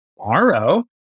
tomorrow